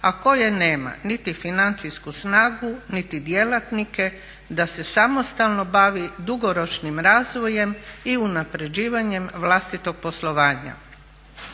a koje nema niti financijsku snagu, niti djelatnike da se samostalno bavi dugoročnim razvojem i unapređivanjem vlastitog poslovanja.